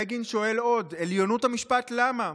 בגין שואל עוד: "עליונות המשפט, למה?